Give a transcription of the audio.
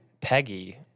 Peggy